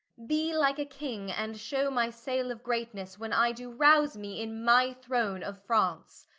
be like a king, and shew my sayle of greatnesse, when i do rowse me in my throne of france.